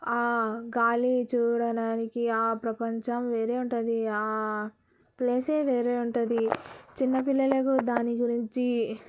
ఆ గాలి చూడడానికి ఆ ప్రపంచం వేరే ఉంటుంది ఆ ప్లేసే వేరే ఉంటుంది చిన్నపిల్లలకు దాని గురించి